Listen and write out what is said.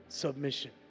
Submission